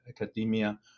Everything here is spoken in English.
academia